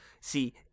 See